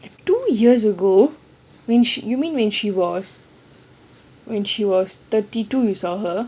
two years ago when you mean when she was thirty two you saw her